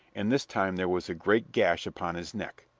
and this time there was a great gash upon his neck.